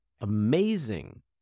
amazing